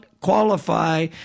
qualify